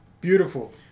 Beautiful